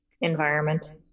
environment